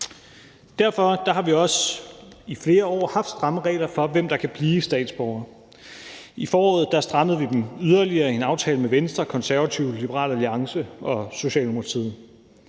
Derfor har vi også i flere år haft stramme regler for, hvem der kan blive statsborgere. I foråret strammede vi dem yderligere i en aftale med Venstre, Konservative, Liberal Alliance og Socialdemokratiet.